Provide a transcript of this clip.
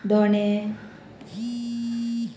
दोणें